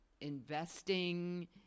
investing